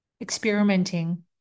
experimenting